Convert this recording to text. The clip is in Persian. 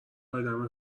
آدم